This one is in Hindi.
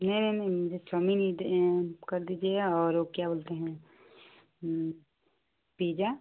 नहीं नहीं नहीं मुझे चउमिन ही कर दीजिए और वो क्या बोलते हैं पीजा